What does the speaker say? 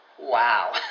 Wow